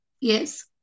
yes